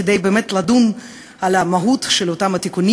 כדי באמת לדון על המהות של אותם התיקונים